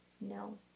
no